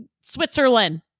switzerland